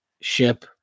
ship